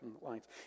lines